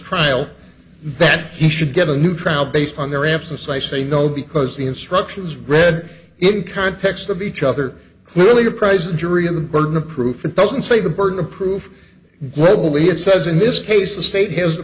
trial that he should get a new trial based on their absence so i say no because the instructions read in context of each other clearly are present jury in the burden of proof it doesn't say the burden of proof globally it says in this case the state has the